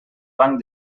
banc